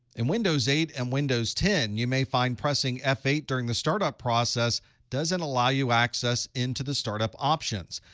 in windows eight and windows ten, you may find pressing f eight during the startup process doesn't allow you access into the startup options.